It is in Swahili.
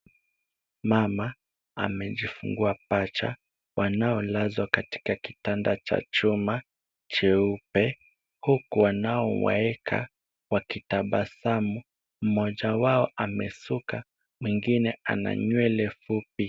Mama amejifungia pacha wanaolazwa katika kitanda cha chuma cheupe huku wanaowaeka wakitabasamu mmoja wao amesuka mwingine ana nywele fupi.